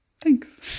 Thanks